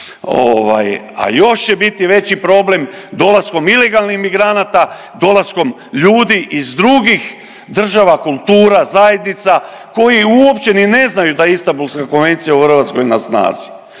A još će biti veći problem dolaskom ilegalnih migranata, dolaskom ljudi iz drugih država, kultura, zajednica koji uopće ni ne znaju da je Instambulska konvencija u Hrvatskoj na snazi.